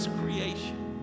creation